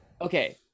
Okay